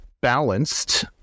balanced